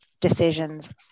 decisions